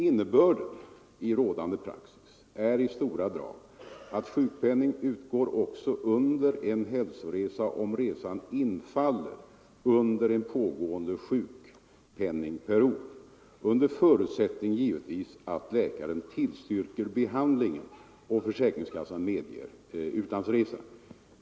Innebörden i rådande praxis är i stora drag att sjukpenning utgår också under en hälsoresa om resan infaller under en pågående sjukpenningperiod — under förutsättning givetvis att läkaren tillstyrker behandlingen och försäkringskassan medger utlandsresan.